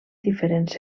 diferents